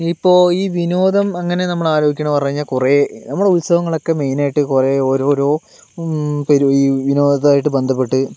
ഇപ്പോൾ ഈ വിനോദം എങ്ങനെ നമ്മളാലോചിക്കണതെന്ന് പറഞ്ഞുകഴിഞ്ഞാൽ കുറെ നമ്മളുത്സവങ്ങളൊക്കെ മെയിനായിട്ട് കുറെ ഓരോരോ പെരു ഈ വിനോദവുമായിട്ട് ബന്ധപ്പെട്ട്